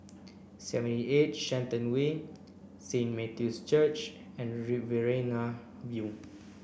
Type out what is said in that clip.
seventy eight Shenton Way Saint Matthew's Church and Riverina View